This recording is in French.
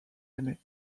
aimait